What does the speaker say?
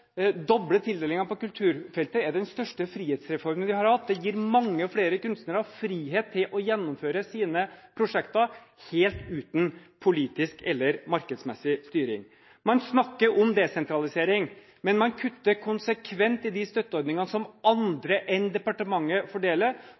doble kulturbudsjettet og tildelingen på kulturfeltet er den største frihetsreformen vi har hatt. Den gir mange flere kunstnere frihet til å gjennomføre sine prosjekter helt uten politisk eller markedsmessig styring. Man snakker om desentralisering, men man kutter konsekvent i de støtteordningene som